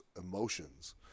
emotions